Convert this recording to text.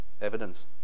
evidence